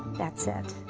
that's it.